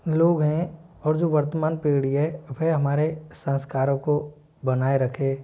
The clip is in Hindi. लोग हैं और जो वर्तमान पीढ़ी है वह हमारे संस्कारों को बनाए रखे